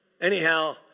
Anyhow